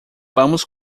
vamos